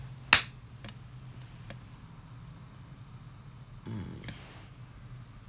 mm